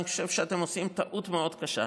אני חושב שאתם עושים טעות מאוד קשה,